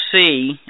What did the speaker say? see